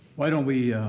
why don't we